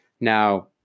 Now